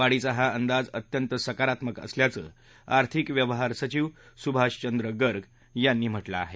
वाढीचा हा अंदाज अत्यंत सकारात्मक असल्याचं आर्थिक व्यवहार सचीव सुभाषचंद्र गर्ग यांनी म्हटलं आहे